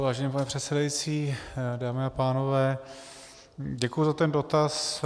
Vážený pane předsedající, dámy a pánové, děkuji za ten dotaz.